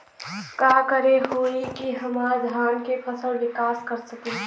का करे होई की हमार धान के फसल विकास कर सके?